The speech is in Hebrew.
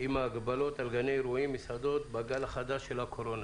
עם ההגבלות על גני אירועים ומסעדות בגל החדש של הקורונה.